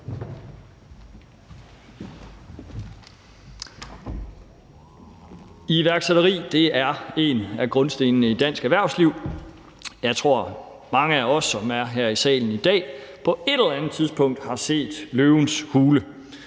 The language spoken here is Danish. Iværksætteri er en af grundstenene i dansk erhvervsliv. Jeg tror, mange af os, som er her i salen i dag, på et eller andet tidspunkt har set »Løvens Hule«